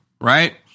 right